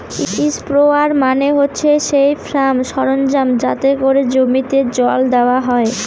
sprayer মানে হচ্ছে সেই ফার্ম সরঞ্জাম যাতে করে জমিতে জল দেওয়া হয়